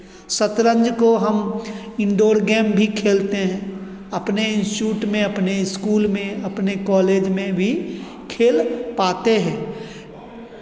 शतरंज को हम इंडोर गेम भी खेलते हैं अपने इंस्टीच्यूट में अपने इस्कूल में अपने कॉलेज में भी खेल पाते हैं